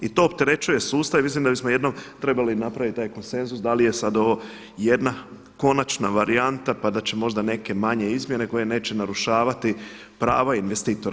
I to opterećuje sustav i mislim da bismo jednom trebali napraviti taj konsenzus da li je sada ovo jedna konačna varijanta pa da će možda neke manje izmjene koje neće narušavati prava investitora.